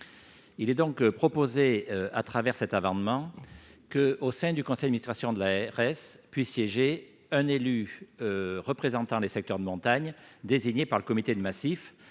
Il est donc proposé au travers de cet amendement que, au sein du conseil d'administration de l'ARS, puisse siéger un élu représentant les secteurs de montagne, désigné par le comité de massif.